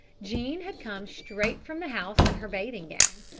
jean had come straight from the house in her bathing-gown,